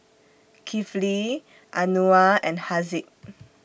Kifli Anuar and Haziq